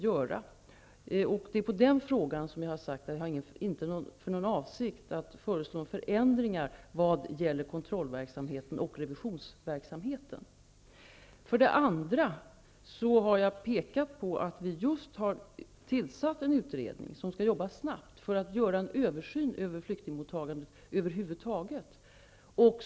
Det är med anledning av detta som jag har sagt att jag inte har för avsikt att föreslå förändringar vad gäller kontrollverksamheten och revisionsverksamheten. Jag har också pekat på att vi just har tillsatt en utredning som skall jobba snabbt med att göra en översyn över flyktingmottagandet över huvud taget.